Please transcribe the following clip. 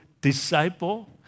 disciple